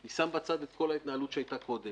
אני שם בצד את כל ההתנהלות שהיתה קודם.